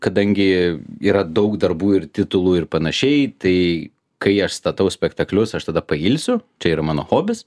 kadangi yra daug darbų ir titulų ir panašiai tai kai aš statau spektaklius aš tada pailsiu čia yra mano hobis